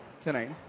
tonight